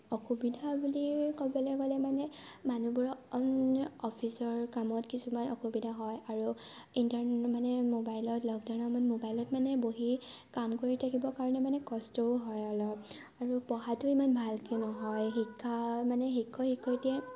অসুবিধা বুলি ক'বলৈ গ'লে মানে মানুহবোৰৰ অফিচৰ কামত কিছুমান অসুবিধা হয় আৰু ইণ্টাৰনেটৰ মানে ম'বাইলত বহি কাম কৰি থাকিবৰ কাৰণে কষ্টও হয় অলপ আৰু পঢ়াটোও ইমান ভালকৈ নহয় শিক্ষা মান শিক্ষক শিক্ষয়ত্ৰীয়ে